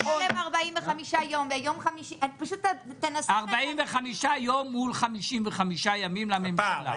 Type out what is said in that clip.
45 יום --- 45 יום מול 55 ימים לממשלה.